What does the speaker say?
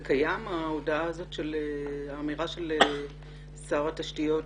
האמירה של שר התשתיות,